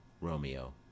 Romeo